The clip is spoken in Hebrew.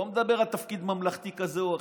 אני לא מדבר על תפקיד ממלכתי כזה או אחר,